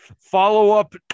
Follow-up